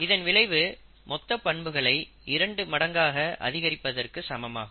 இதன் விளைவு மொத்த பண்புகளை இரண்டு மடங்காக அதிகரிப்பதற்கு சமமாகும்